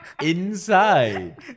inside